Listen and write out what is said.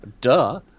Duh